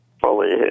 fully